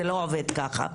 זה לא עובד ככה.